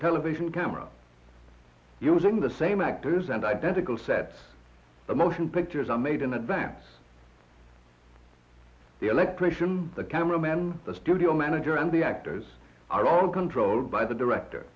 television camera using the same actors and identical sets of motion pictures are made in advance the electrician the camera man the studio manager and the actors are all controlled by the director